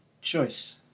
choice